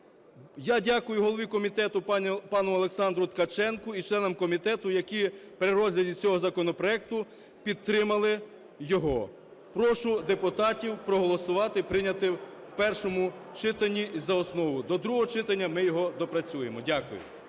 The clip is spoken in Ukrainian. Я дякую голові комітету пану Олександру Ткаченку і членам комітету, які при розгляді цього законопроекту підтримали його. Прошу депутатів проголосувати і прийняти в першому читанні і за основу. До другого читання ми його доопрацюємо. Дякую.